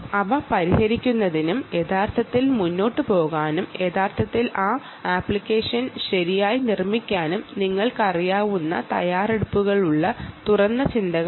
അവ പരിഹരിക്കുന്നതിനും യഥാർത്ഥത്തിൽ മുന്നോട്ട് പോകാനും ഒരു ആപ്ലിക്കേഷൻ ശരിയായി നിർമ്മിക്കാൻ നിങ്ങൾ ശ്രമിക്കേണ്ടതാണ്